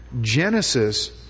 Genesis